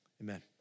amen